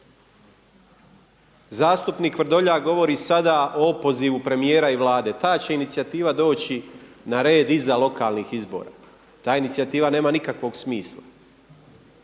Zastupnik Vrdoljak govori sada o opozivu premijera i Vlade. Ta će inicijativa doći na red iza lokalnih izbora. Ta inicijativa nema nikakvog smisla.